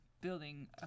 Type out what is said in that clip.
building